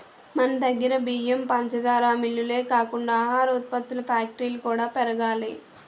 మనదగ్గర బియ్యం, పంచదార మిల్లులే కాకుండా ఆహార ఉత్పత్తుల ఫ్యాక్టరీలు కూడా పెరగాలి